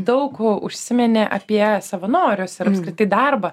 daug užsiminė apie savanorius ir apskritai darbą